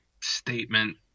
statement